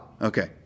Okay